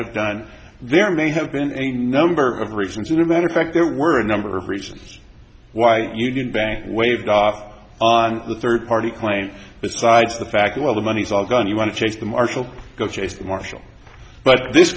have done there may have been a number of reasons and a matter of fact there were a number of reasons why you can bank waived off on the third party claim besides the fact well the money's all gone you want to chase the marshall go chase the marshall but this